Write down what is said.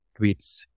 tweets